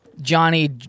Johnny